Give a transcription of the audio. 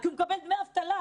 כי הוא מקבל דמי אבטלה.